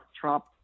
Trump